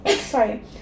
Sorry